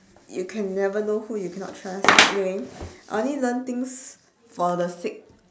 you can never know who you cannot trust anyway I only learn things for the sake